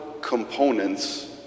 components